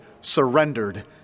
surrendered